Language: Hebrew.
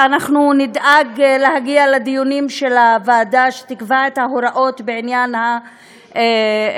ואנחנו נדאג להגיע לדיונים של הוועדה שתקבע את ההוראות בעניין העדכונים.